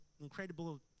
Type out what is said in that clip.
incredible